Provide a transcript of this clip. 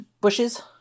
bushes